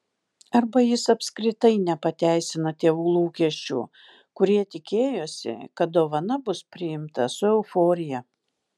arba jis apskritai nepateisina tėvų lūkesčių kurie tikėjosi kad dovana bus priimta su euforija